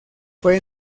fue